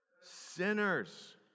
Sinners